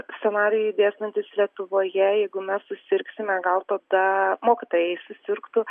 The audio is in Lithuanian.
scenarijui dėstantis lietuvoje jeigu mes susirgsime gal tada mokytojai susirgtų